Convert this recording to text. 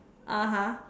(uh huh)